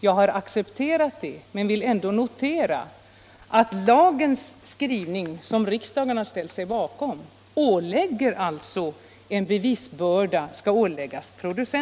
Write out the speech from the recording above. Jag har accepterat skälen härför men vill notera att lagen ålägger producenterna bevisbördan.